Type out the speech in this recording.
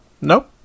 Nope